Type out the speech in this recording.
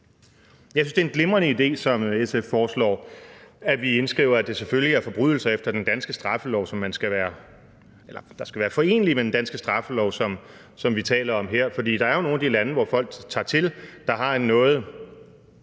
Jeg synes, det er en glimrende idé, som SF foreslår, at vi indskriver, at det selvfølgelig er forbrydelser, der skal være forenelige med den danske straffelov, som vi taler om her. For der er jo nogle af de lande, hvor folk tager til, der har en noget